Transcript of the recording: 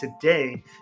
today